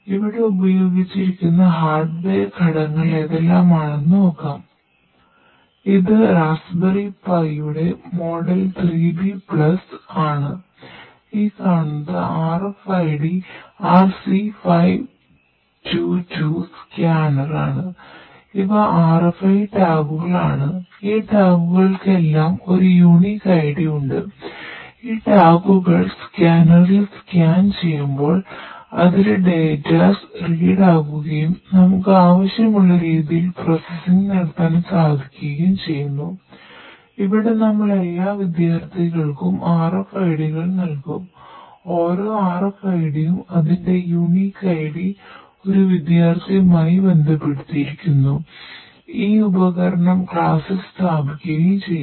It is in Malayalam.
ഇവിടെ ഉപയോഗിച്ചിരിക്കുന്ന ഹാർഡ്വെയർ ആകുകയും ഹാജർ രേഖപ്പെടുത്തുകയും ചെയ്യും